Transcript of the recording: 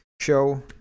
show